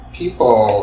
people